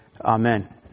Amen